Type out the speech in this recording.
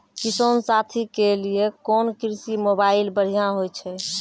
किसान साथी के लिए कोन कृषि मोबाइल बढ़िया होय छै?